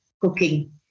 cooking